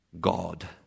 God